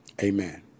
Amen